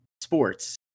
sports